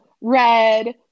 red